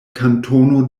kantono